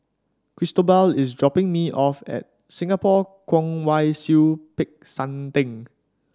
Cristobal is dropping me off at Singapore Kwong Wai Siew Peck San Theng